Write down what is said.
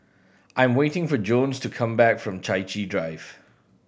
I am waiting for Jones to come back from Chai Chee Drive